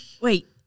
wait